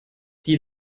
die